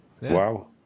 Wow